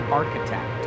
architect